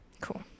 cool